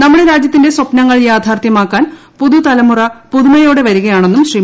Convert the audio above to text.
നമ്മുടെ രാജ്യത്തിന്റെ സ്വപ്നങ്ങൾ യാഥാർത്ഥ്യമാക്കാൻ പുതുതലമുറ പുതുമയോടെ വരികയാണെന്നും ശ്രീ